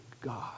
God